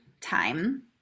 time